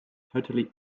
totally